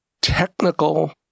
technical